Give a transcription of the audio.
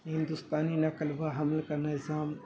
ہندوستانی نقل و حمل کا نظام